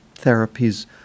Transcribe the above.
therapies